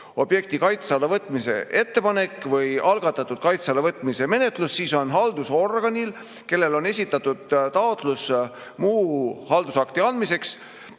loodusobjekti kaitse alla võtmise ettepanek või algatatud kaitse alla võtmise menetlus, siis on haldusorganil, kellele on esitatud taotlus muu haldusakti andmiseks,